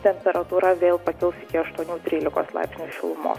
temperatūra vėl pakils iki aštuonių trylikos laipsnių šilumos